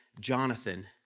Jonathan